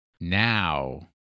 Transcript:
Now